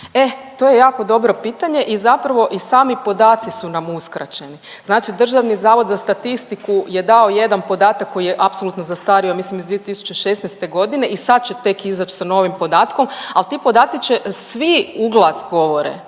E, to je jako dobro pitanje i zapravo i sami podaci su nam uskraćeni. Znači DZS je dao jedan podatak koji je apsolutno zastario, mislim iz 2016.g. i sad će tek izać s novim podatkom, al ti podaci će, svi uglas govore